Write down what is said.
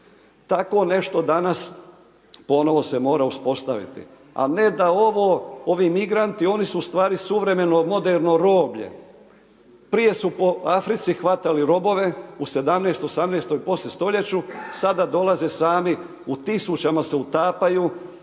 Tako nešto danas, ponovno se mora uspostaviti. A ne da ovo, ovi migranti, oni su ustvari, suvremeno, moderno roblje. Prije su po Africi hvatali robove, u 17. i 18. i poslije stoljeću, sada dolaze sami u tisućama se utapaju,